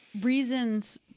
reasons